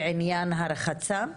בעניין הרחצה.